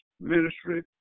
Ministry